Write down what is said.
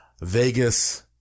Vegas